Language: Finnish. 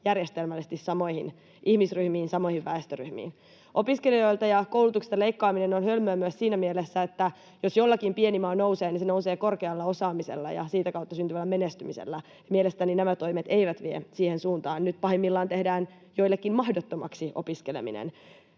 järjestelmällisesti samoihin ihmisryhmiin ja samoihin väestöryhmiin. Opiskelijoilta ja koulutuksesta leikkaaminen on hölmöä myös siinä mielessä, että jos jollakin pieni maa nousee, niin se nousee korkealla osaamisella ja sitä kautta syntyvällä menestymisellä. Mielestäni nämä toimet eivät vie siihen suuntaan — nyt pahimmillaan tehdään joillekin mahdottomaksi opiskeleminen.